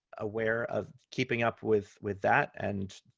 aware of keeping up with with that, and